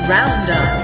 Roundup